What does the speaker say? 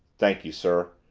thank you, sir,